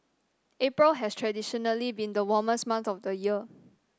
April has traditionally been the warmest month of the year